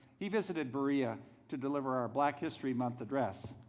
he visited berea to deliver our black history month address.